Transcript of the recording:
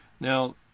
Now